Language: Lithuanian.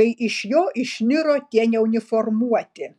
kai iš jo išniro tie neuniformuoti